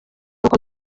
nuko